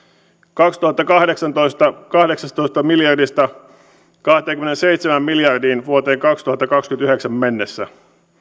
kaksituhattakahdeksantoista luvusta kahdeksantoista miljardia kahteenkymmeneenseitsemään miljardiin vuoteen kaksituhattakaksikymmentäyhdeksän mennessä